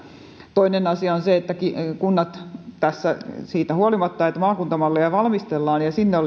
toinen asia on se että siitä huolimatta että maakuntamallia valmistellaan ja sinne